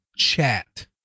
chat